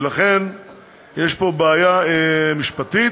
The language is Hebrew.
ולכן יש פה בעיה משפטית.